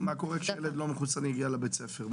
מה קורה כשילד לא מחוסן מגיע לבית ספר?